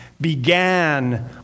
began